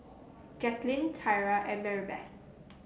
Jaclyn Tyra and Maribeth